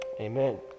Amen